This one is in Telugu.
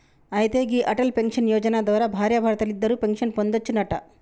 అయితే గీ అటల్ పెన్షన్ యోజన ద్వారా భార్యాభర్తలిద్దరూ పెన్షన్ పొందొచ్చునంట